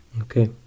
okay